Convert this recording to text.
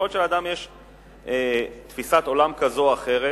יכול להיות שלאדם יש תפיסת עולם כזו או אחרת,